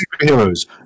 superheroes